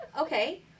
okay